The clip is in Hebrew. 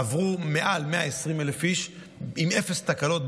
עברו מעל 120,000 איש עם אפס תקלות,